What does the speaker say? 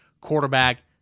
quarterback